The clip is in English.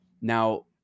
now